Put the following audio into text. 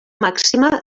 màxima